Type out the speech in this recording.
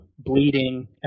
bleeding